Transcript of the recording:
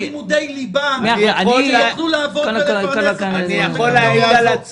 ללימודי ליבה, שיוכלו לעבוד ולפרנס את עצמם.